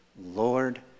Lord